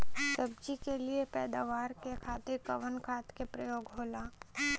सब्जी के लिए पैदावार के खातिर कवन खाद के प्रयोग होला?